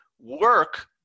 Work